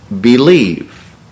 believe